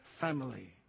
family